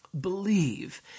believe